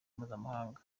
mpuzamahanga